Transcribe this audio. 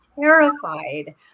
terrified